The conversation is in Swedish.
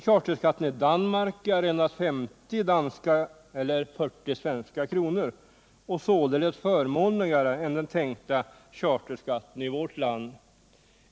Charterskatten i Danmark är endast 50 danska eller 40 svenska kronor och således förmånligare än den tänkta charterskatten i vårt land.